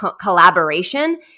collaboration